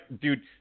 Dude